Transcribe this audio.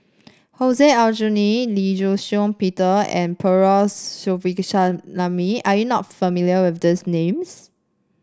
Hussein Aljunied Lee Shih Shiong Peter and Perumal Govindaswamy Are you not familiar with these names